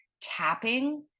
tapping